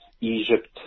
Egypt